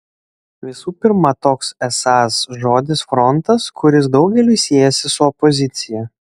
visų pirma toks esąs žodis frontas kuris daugeliui siejasi su opozicija